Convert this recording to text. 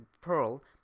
pearl